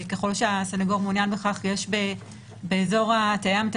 אבל לאורך זמן שהסנגור במשפט פלילי יצאו למסדרון ההומה של בית המשפט?